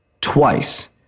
twice